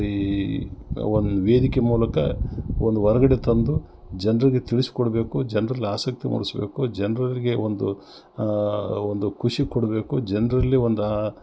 ಈ ಒಂದು ವೇದಿಕೆ ಮೂಲಕ ಒಂದು ಹೊರ್ಗಡೆ ತಂದು ಜನರಿಗೆ ತಿಳಿಸ್ಕೊಡಬೇಕು ಜನ್ರಲ್ಲಿ ಆಸಕ್ತಿ ಮೂಡಿಸ್ಬೇಕು ಜನರರಿಗೆ ಒಂದು ಒಂದು ಖುಷಿ ಕೊಡಬೇಕು ಜನರಲ್ಲಿ ಒಂದು ಆ